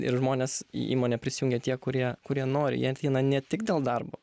ir žmonės į įmonę prisijungia tie kurie kurie nori jie ateina ne tik dėl darbo